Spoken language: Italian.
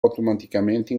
automaticamente